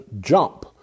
jump